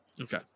Okay